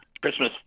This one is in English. Christmas